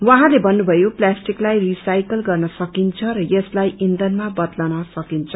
उहाँले भन्नुभयो प्लाष्टिकलाई रिसाईकल गर्नसकिन्छ र यसलाई इन्धनमा बदल्न सकिन्छ